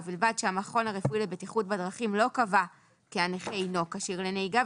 ובלבד שהמכון הרפואי לבטיחות בדרכים לא קבע כי הנכה אינו כשיר לנהיגה,